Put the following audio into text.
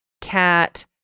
cat